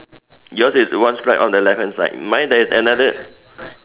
yours is one stripe on the left hand side mine there is another